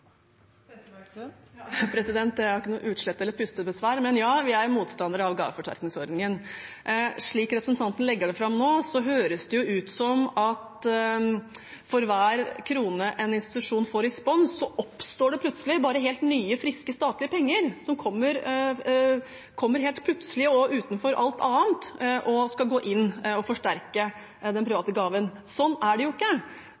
ikke utslett eller pustebesvær, men ja – vi er motstandere av gaveforsterkningsordningen. Slik representanten legger det fram nå, høres det ut som at for hver krone en institusjon får i spons, oppstår det bare helt nye, friske statlige penger helt plutselig og utenfor alt annet som skal gå inn og forsterke den private gaven. Sånn er det jo ikke.